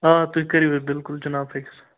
آ تُہۍ کٔرِو یہِ بِلکُل جِناب فِکٕس